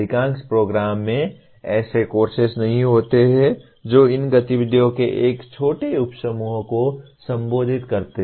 अधिकांश प्रोग्राम्स में ऐसे कोर्सेस नहीं होते हैं जो इन गतिविधियों के एक छोटे उपसमूह को संबोधित करते हैं